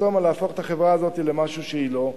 לחתום על להפוך את החברה הזאת למשהו שהיא לא.